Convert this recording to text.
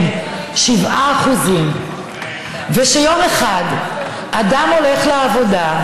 כן, 7%. וכשיום אחד אדם הולך לעבודה,